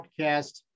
podcast